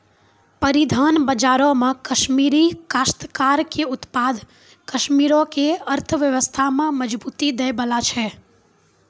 परिधान बजारो मे कश्मीरी काश्तकार के उत्पाद कश्मीरो के अर्थव्यवस्था में मजबूती दै बाला छै